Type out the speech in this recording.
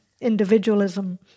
individualism